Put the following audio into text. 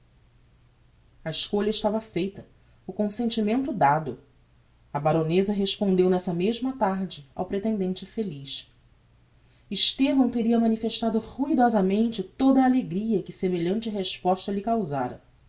a escolha estava feita o consentimento dado a baroneza respondeu nessa mesma tarde ao pretendente feliz estevão teria manifestado ruidosamente toda a alegria que semelhante resposta lhe causára